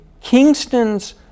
Kingston's